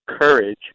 courage